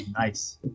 nice